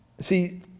See